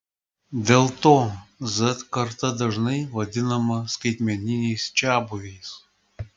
dėl to z karta dažnai vadinama skaitmeniniais čiabuviais